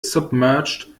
submerged